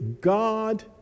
God